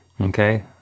Okay